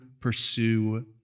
pursue